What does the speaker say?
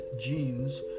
genes